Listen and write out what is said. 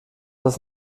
als